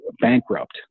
bankrupt